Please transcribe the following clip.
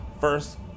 first